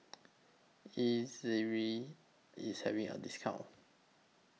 Ezerra IS having A discount